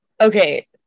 okay